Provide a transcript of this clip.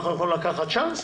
אנחנו יכולים לקחת צ'אנס,